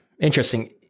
interesting